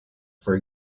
for